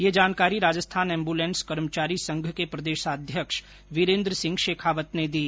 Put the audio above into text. यह जानकारी राजस्थान एम्बुलेंस कर्मचारी संघ के प्रदेशाध्यक्ष वीरेन्द्र सिंह शेखावत ने दी